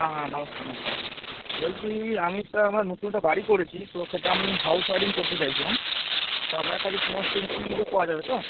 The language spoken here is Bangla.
হ্যাঁ হ্যাঁ নমস্কার নমস্কার বলছি আমি একটা আমার নতুন একটা বাড়ি করেছি তো সেটা আমি হাউস ওয়্যারিং করতে চাইছিলাম তো আপনার কাছে সমস্ত ইন্সট্রুমেন্টগুলো পাওয়া যাবে তো